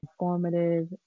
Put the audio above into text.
informative